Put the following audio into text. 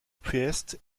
priest